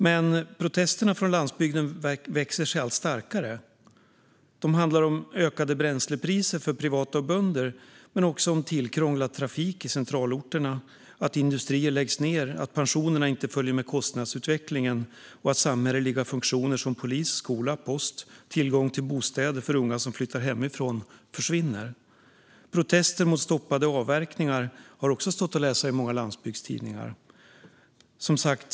Men protesterna från landsbygden växer sig allt starkare. De handlar om ökade bränslepriser för privata bönder och om tillkrånglad trafik i centralorterna, att industrier läggs ned, att pensionerna inte följer med kostnadsutvecklingen, att samhälleliga funktioner som polis, skola, post och tillgång till bostäder för unga som flyttar hemifrån försvinner. Protester för att stoppa avverkningar har också stått att läsa om i många landsbygdstidningar.